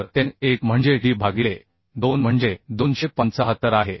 तर n1 म्हणजे d भागिले 2 म्हणजे 275 आहे